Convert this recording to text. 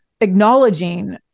acknowledging